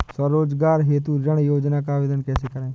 स्वरोजगार हेतु ऋण योजना का आवेदन कैसे करें?